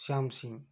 Shyam Singh